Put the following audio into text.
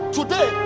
Today